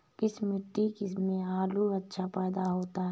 किस मिट्टी में आलू अच्छा पैदा होता है?